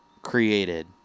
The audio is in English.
created